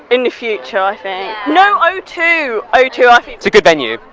in the future i think. no, o two, o two i think it's a good venue.